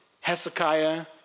Hezekiah